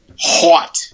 Hot